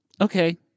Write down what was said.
Okay